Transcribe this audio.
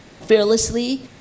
fearlessly